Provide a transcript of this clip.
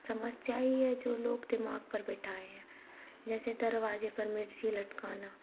समस्या ही है जो लोग दिमाग पर बिठाए हैं जैसे दरवाज़े पर मिरची लटकाना